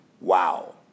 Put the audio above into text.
Wow